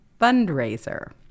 fundraiser